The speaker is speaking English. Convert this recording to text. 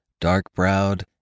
dark-browed